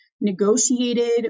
negotiated